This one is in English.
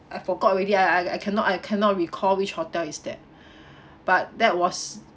I forgot already I I I cannot I cannot recall which hotel is that but that was